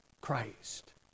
Christ